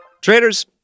Traders